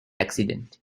accident